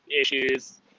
issues